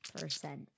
Percent